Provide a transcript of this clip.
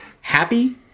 happy